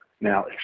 Now